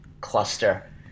cluster